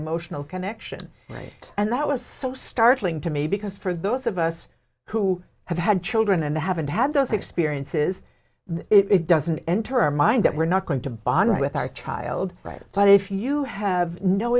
emotional connection right and that was so startling to me because for those of us who have had children and haven't had those experiences it doesn't enter our mind that we're not going to bother with our child right but if you have no